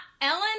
Ellen